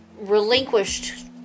relinquished